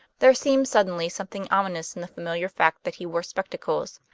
there seemed suddenly something ominous in the familiar fact that he wore spectacles.